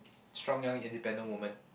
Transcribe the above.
strong young independent woman